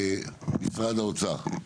משרד האוצר.